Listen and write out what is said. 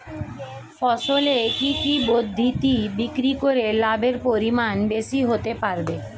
ফসল কি কি পদ্ধতি বিক্রি করে লাভের পরিমাণ বেশি হতে পারবে?